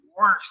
worse